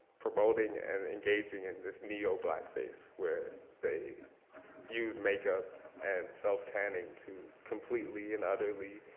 promoting and engaging in this neo-blackface, where they use makeup and self-tanning to completely and utterly